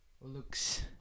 Looks